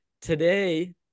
today